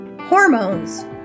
Hormones